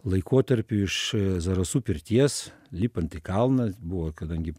laikotarpiu iš zarasų pirties lipant į kalną buvo kadangi